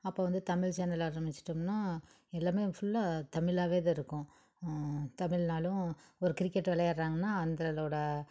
அப்போ வந்து தமிழ் சேனல் ஆரம்பிச்சிடோம்னா எல்லாம் ஃபுல்லாக தமிழாக தான் இருக்கும் தமிழ்னாலும் ஒரு கிரிக்கெட் விளையாடுறாங்கன்னா அந்தலோட